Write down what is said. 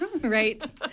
right